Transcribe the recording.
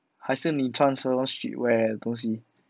还是你穿 so long shitwear 东西